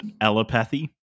allopathy